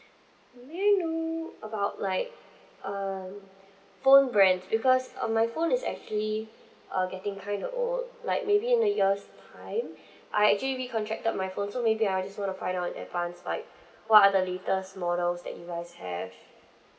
may I know about like err phone brands because um my phone is actually uh getting kinda old like maybe in a year's time I actually re-contract my phone so maybe I'll just want to find out in advance like what are the latest models that you guys have